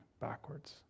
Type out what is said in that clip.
backwards